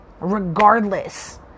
regardless